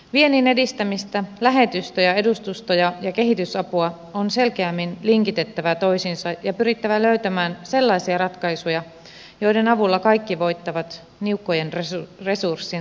viennin edistämistä lähetystöjä edustustoja ja kehitysapua on selkeämmin linkitettävä toisiinsa ja pyrittävä löytämään sellaisia ratkaisuja joiden avulla kaikki voittavat niukkojen resurssien varjossakin